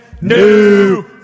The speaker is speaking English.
new